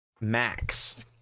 max